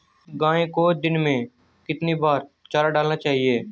गाय को दिन में कितनी बार चारा डालना चाहिए?